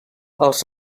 els